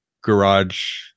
garage